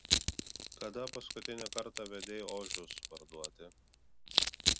kada paskutinį kartą vedei ožius parduoti